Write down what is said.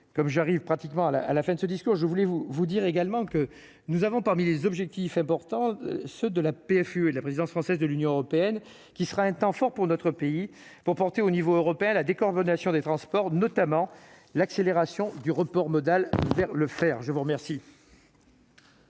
comme j'arrive pratiquement à la à la fin de ce discours, je voulais vous vous dire également que nous avons parmi les objectifs importants, ceux de la PFUE, la présidence française de l'Union européenne, qui sera un temps fort pour notre pays, pour porter au niveau européen la décor The Nation, des transports, notamment l'accélération du report modal vers le faire, je vous remercie.